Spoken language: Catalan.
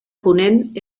ponent